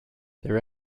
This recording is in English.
their